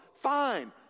Fine